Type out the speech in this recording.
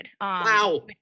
Wow